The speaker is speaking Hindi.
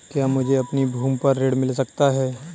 क्या मुझे अपनी भूमि पर ऋण मिल सकता है?